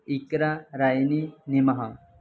ਇੱਕਰਾ ਰਾਏਨੀ ਨਿਮਹਾਂ